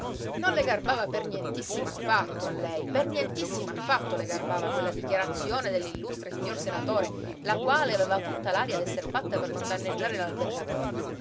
non le garbava per nientissimo affatto a lei per nientissimo affatto le garbava quella dichiarazione dell'illustre signor senatore la quale aveva tutta l'aria d'esser fatta per non danneggiare